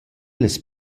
las